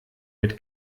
mit